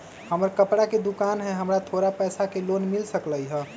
हमर कपड़ा के दुकान है हमरा थोड़ा पैसा के लोन मिल सकलई ह?